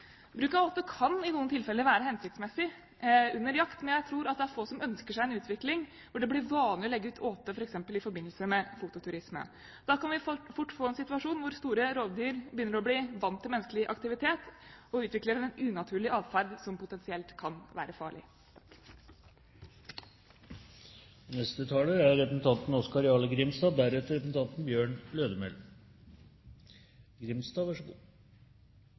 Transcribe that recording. bruk av åte for jakt-, fangst- og fellingsformål. Bruk av åte kan i noen tilfeller være hensiktsmessig under jakt, men jeg tror det er få som ønsker seg en utvikling hvor det blir vanlig å legge ut åte f.eks. i forbindelse med fototurisme. Da kan vi fort få en situasjon hvor store rovdyr begynner å bli vant til menneskelig aktivitet, og utvikler en unaturlig atferd som potensielt kan være farlig. Endringa i naturmangfaldlova og